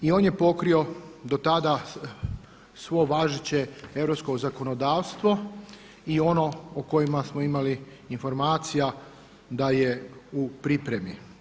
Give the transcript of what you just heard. I on je pokrio do tada svo važeće europsko zakonodavstvo i ono o kojima smo imali informacija da je u pripremi.